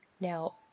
Now